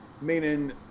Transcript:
meaning